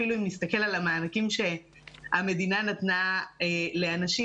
אפילו אם נסתכל על המענקים שהמדינה נתנה לאנשים,